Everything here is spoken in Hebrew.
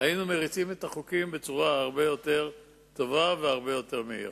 היינו מריצים את החוק בצורה הרבה יותר טובה והרבה יותר מהירה.